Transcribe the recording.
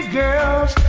girls